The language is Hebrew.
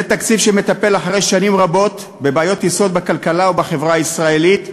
זה תקציב שמטפל אחרי שנים רבות בבעיות יסוד בכלכלה ובחברה הישראלית,